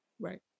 Right